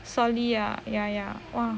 sulli ah ya ya !wah!